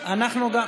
ראשונה, בבקשה.